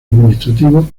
administrativo